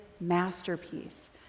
masterpiece